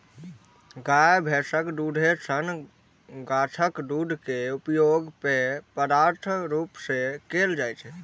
गाय, भैंसक दूधे सन गाछक दूध के उपयोग पेय पदार्थक रूप मे कैल जाइ छै